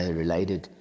related